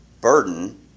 burden